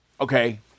Okay